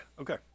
okay